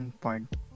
Point